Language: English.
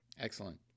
Excellent